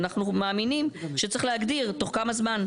אנחנו מאמינים שצריך להגדיר תוך כמה זמן.